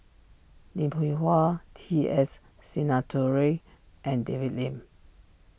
Lim Hwee Hua T S Sinnathuray and David Lim